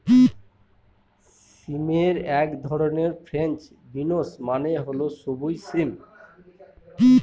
সিমের এক ধরন ফ্রেঞ্চ বিনস মানে হল সবুজ সিম